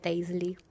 easily